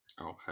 Okay